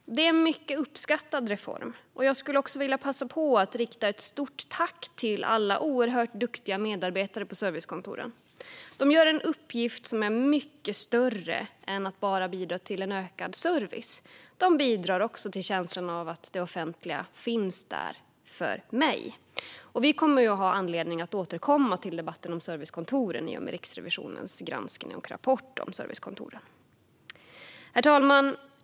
Det är en mycket uppskattad reform. Jag skulle vilja passa på att rikta ett stort tack till alla oerhört duktiga medarbetare på servicekontoren. De gör en uppgift som är mycket större än att bidra med ökad service; de bidrar också till känslan av att det offentliga finns där för mig. Vi kommer att ha anledning att återkomma till debatten om servicekontoren i och med Riksrevisionens granskning av och rapport om servicekontoren. Herr talman!